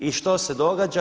I što se događa?